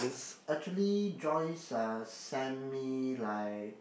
s~ actually Joyce uh sent me like